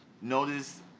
notice